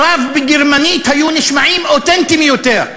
בגרמנית דבריו היו נשמעים אותנטיים יותר,